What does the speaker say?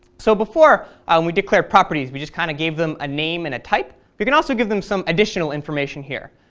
so before when we declared properties we kind of gave them a name and a type. we can also give them some additional information here.